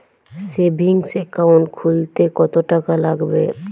Savings account খুলতে কতটাকা লাগবে?